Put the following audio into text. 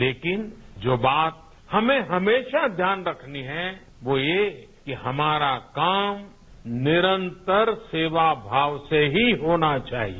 लेकिन जो बात हमें हमेशा ध्यान रखनी है वो ये कि हमारा काम निरंतर सेवा भाव से ही होना चाहिए